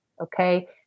okay